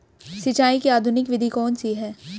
सिंचाई की आधुनिक विधि कौन सी है?